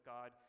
God